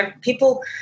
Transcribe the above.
People